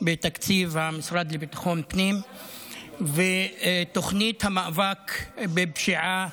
בתקציב המשרד לביטחון פנים ותוכנית המאבק בפשיעה,